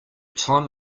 time